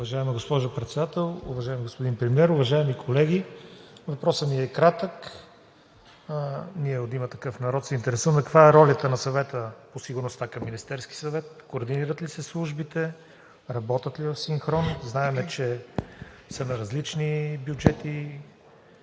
Уважаема госпожо Председател, уважаеми господин Премиер, уважаеми колеги! Въпросът ми е кратък. Ние от „Има такъв народ“ се интересуваме: каква е ролята на Съвета по сигурността към Министерския съвет? Координират ли се службите, работят ли в синхрон? Знаем, че са на различни бюджети,